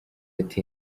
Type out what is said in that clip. ati